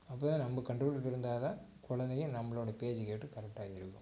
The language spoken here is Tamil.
அப்போ தான் நம்ம கண்ட்ரோலுக்கு இருந்தால் தான் கொழந்தைக நம்மளோட பேச்சு கேட்டு கரெக்டாக இருக்கும்